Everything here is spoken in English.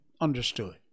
understood